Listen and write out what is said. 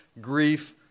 grief